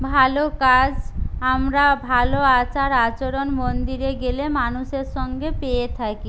ভালো কাজ আমরা ভালো আচার আচরণ মন্দিরে গেলে মানুষের সঙ্গে পেয়ে থাকি